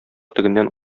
тегеннән